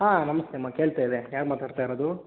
ಹಾಂ ನಮಸ್ತೆ ಅಮ್ಮ ಕೇಳ್ತಾಯಿದೆ ಯಾರು ಮಾತಾಡ್ತಾ ಇರೋದು